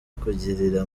kugirira